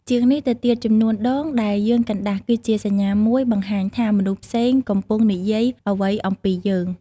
ជាងនេះទៅទៀត ចំនួនដងដែលយើងកណ្តាស់ គឺជាសញ្ញាមួយបង្ហាញថាមនុស្សផ្សេងកំពុងនិយាយអ្វីអំពីយើង។